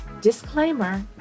disclaimer